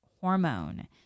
hormone